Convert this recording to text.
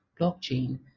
blockchain